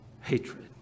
hatred